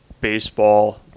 baseball –